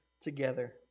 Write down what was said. together